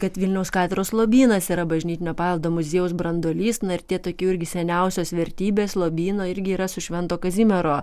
kad vilniaus katedros lobynas yra bažnytinio paveldo muziejaus branduolys na ir tie tokių irgi seniausios vertybės lobyno irgi yra su švento kazimiero